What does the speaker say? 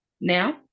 now